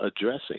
addressing